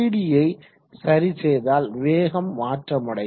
Td யை சரி செய்தால் வேகம் மாற்றமடையும்